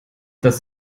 dass